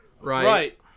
Right